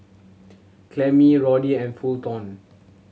Clemmie Roddy and Fulton